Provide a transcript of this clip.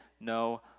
no